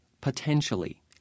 potentially